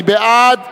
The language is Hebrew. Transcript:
מי בעד?